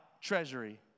treasury